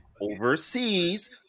overseas